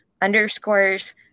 underscores